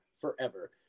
forever